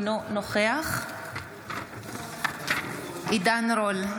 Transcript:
אינו נוכח עידן רול,